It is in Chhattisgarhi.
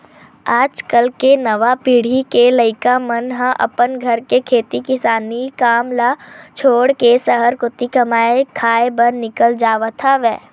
आज कल के नवा पीढ़ी के लइका मन ह अपन घर के खेती किसानी काम ल छोड़ के सहर कोती कमाए खाए बर निकल जावत हवय